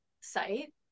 site